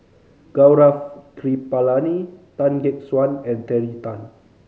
Gaurav Kripalani Tan Gek Suan and Terry Tan